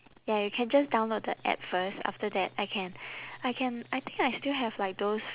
ya you can just download the app first after that I can I can I think I still have like those